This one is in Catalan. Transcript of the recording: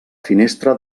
finestra